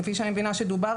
כפי שאני מבינה עליהן דובר,